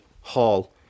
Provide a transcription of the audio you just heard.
hall